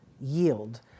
yield